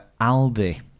Aldi